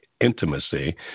intimacy—